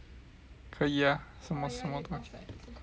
可以呀什么什么